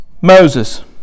Moses